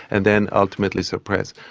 and then ultimately suppress.